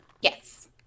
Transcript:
Yes